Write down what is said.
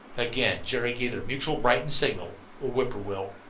again jerry gave their mutual brighton signal whip-poor-will.